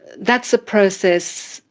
that's a process,